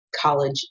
college